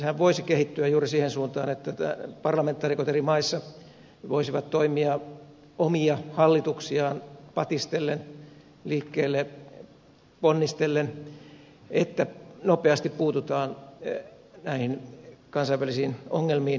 sehän voisi kehittyä juuri siihen suuntaan että parlamentaarikot eri maissa voisivat toimia omia hallituksiaan patistellen liikkeelle ponnistellen että nopeasti puututaan näihin kansainvälisiin ongelmiin etyjin toimialueella